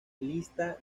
lista